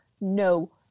No